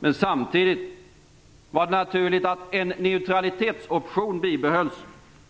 Men samtidigt var det naturligt att en neutralitetsoption bibehölls